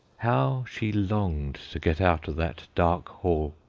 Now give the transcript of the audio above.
how she longed to get out of that dark hall,